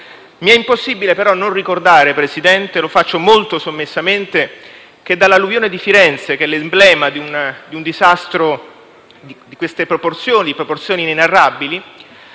Mi è impossibile, tuttavia, non ricordare, Presidente - lo faccio molto sommessamente - che dall'alluvione di Firenze, che è l'emblema di un disastro di proporzioni inenarrabili,